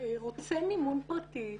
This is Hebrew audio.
רוצה מימון פרטי,